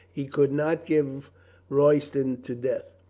he could not give royston to death.